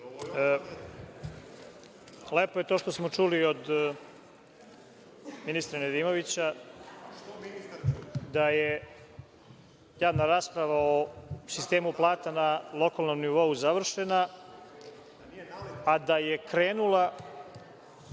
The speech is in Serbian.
Lepo je to što smo čuli od ministra Nedimovića, da je javna rasprava o sistemu plata na lokalnom nivou završena, a da je krenula